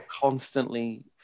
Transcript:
constantly